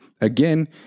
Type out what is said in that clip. Again